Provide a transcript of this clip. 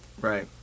Right